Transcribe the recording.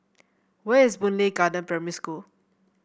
where is Boon Lay Garden Primary School